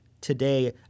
today